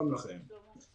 שלום לכם.